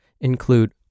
include